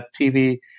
TV